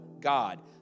God